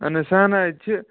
اَہن حظ سۄ ہن حظ چھِ